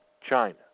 China